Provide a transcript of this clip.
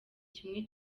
kimwe